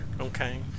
Okay